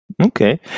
Okay